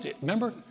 Remember